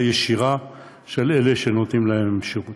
של אלה שנותנים להם שירות.